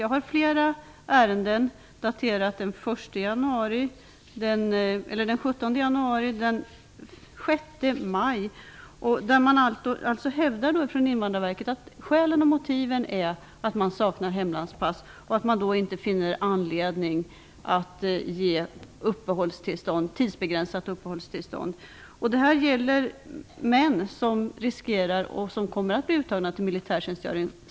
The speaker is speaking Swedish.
Jag har här flera ärenden, daterade den 17 januari och den 6 maj, där Invandrarverket hävdar att skälen och motiven till att ansökningarna avslås är att de sökande saknar hemlandspass. Man finner då ingen anledning att ge tidsbegränsat uppehållstillstånd. Det gäller män som kommer att bli uttagna till militärtjänstgöring.